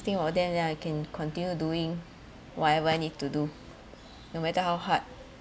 think of them then I can continue doing whatever I need to do no matter how hard